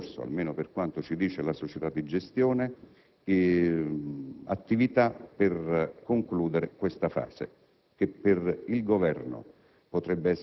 metri», sono in corso, almeno per quanto ci dice la società di gestione, attività per concludere questa fase.